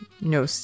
no